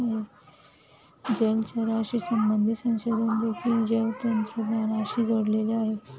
जलचराशी संबंधित संशोधन देखील जैवतंत्रज्ञानाशी जोडलेले आहे